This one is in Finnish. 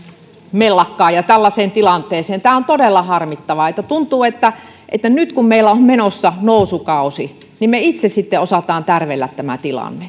mellakkaan ja tällaiseen tilanteeseen tämä on todella harmittavaa tuntuu että että nyt kun meillä on menossa nousukausi me itse sitten osaamme tärvellä tämän